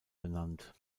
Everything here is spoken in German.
benannt